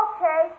Okay